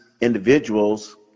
individuals